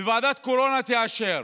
וועדת קורונה תאשר.